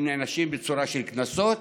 הם נענשים בצורה של קנסות.